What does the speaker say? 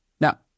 Now